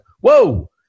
whoa